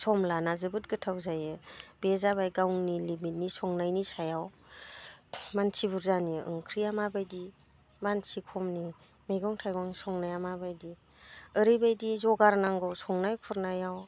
सम लाना जोबोद गोथाव जायो बे जाबाय गावनि लिमिटनि संनायनि सायाव मानसि बुरजानि ओंख्रिया माबायदि मानसि खमनि मैगं थाइगं संनाया माबायदि ओरैबायदि जगार नांगौ संनाय खुरनायाव